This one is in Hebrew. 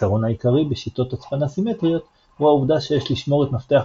החיסרון העיקרי בשיטות הצפנה סימטריות הוא העובדה שיש לשמור את מפתח